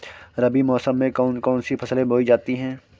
रबी मौसम में कौन कौन सी फसलें बोई जाती हैं?